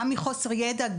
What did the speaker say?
גם מחוסר ידע,